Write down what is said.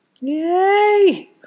Yay